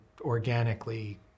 organically